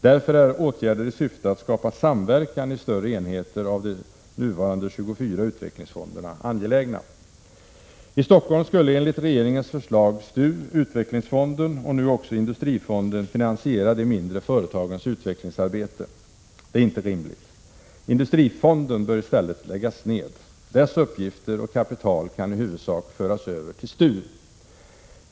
Därför är åtgärder i syfte att skapa samverkan i större enheter av de nuvarande 24 utvecklingsfonderna angelägna. I Stockholm skulle enligt regeringens förslag STU, Utvecklingsfonden och nu också Industrifonden finansiera de mindre företagens utvecklingsarbete. Det är inte rimligt. Industrifonden bör i stället läggas ned. Dess uppgifter och kapital kan i huvudsak föras över till STU.